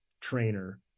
trainer